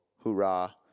Hoorah